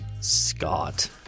Scott